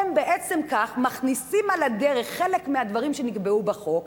הם בעצם כך מכניסים על הדרך חלק מהדברים שנקבעו בחוק,